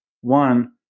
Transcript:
one